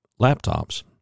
laptops